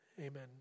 Amen